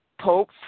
Pope